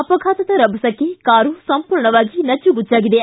ಅಪಘಾತದ ರಭಸಕ್ಕೆ ಕಾರು ಸಂಪೂರ್ಣವಾಗಿ ನಜ್ಜುಗುಜ್ಜಾಗಿದೆ